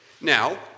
Now